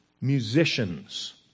musicians